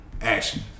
action